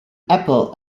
apple